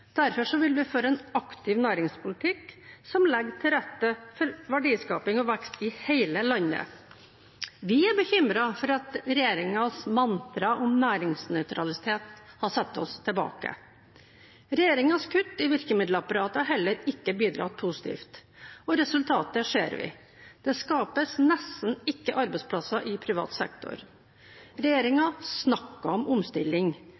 Derfor vil vi føre en aktiv næringspolitikk som legger til rette for verdiskaping og vekst i hele landet. Vi er bekymret for at regjeringens mantra om næringsnøytralitet har satt oss tilbake. Regjeringens kutt i virkemiddelapparatet har heller ikke bidratt positivt. Resultatet ser vi: Det skapes nesten ikke arbeidsplasser i privat sektor. Regjeringen snakker om omstilling,